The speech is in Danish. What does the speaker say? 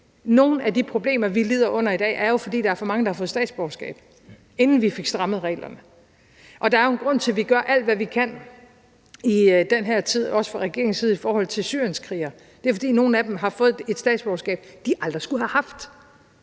nogle af de problemer, vi lider under i dag, jo findes, fordi der er for mange, der har fået statsborgerskab, inden vi fik strammet reglerne. Der er jo en grund til, at vi i den her tid også fra regeringens side gør alt, hvad vi kan, i forhold til syrienskrigere. Det skyldes jo, at nogle af dem har fået et statsborgerskab, de aldrig skulle have haft.